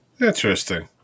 Interesting